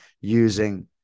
using